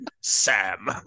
Sam